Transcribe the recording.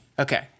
Okay